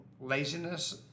laziness